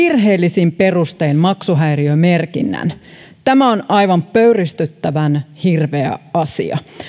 virheellisin perustein maksuhäiriömerkinnän tämä on aivan pöyristyttävän hirveä asia